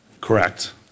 correct